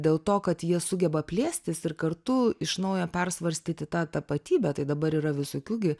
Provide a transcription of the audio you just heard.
dėl to kad jie sugeba plėstis ir kartu iš naujo persvarstyti tą tapatybę tai dabar yra visokių gi